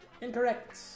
Incorrect